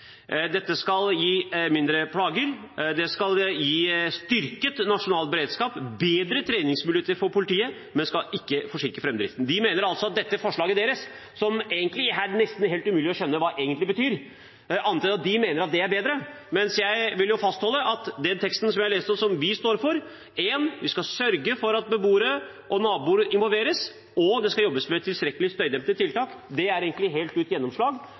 Dette skal gi mindre plager, det skal gi styrket nasjonal beredskap og bedre treningsmuligheter for politiet, men det skal ikke forsinke framdriften. De mener altså at forslaget deres, som er nesten umulig å skjønne hva egentlig betyr, er bedre, mens jeg vil fastholde den teksten jeg leste, og som vi står for: Vi skal sørge for at beboere og naboer involveres, og det skal jobbes med tilstrekkelig støydempende tiltak. Det er egentlig helt ut gjennomslag